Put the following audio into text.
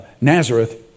Nazareth